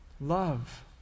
Love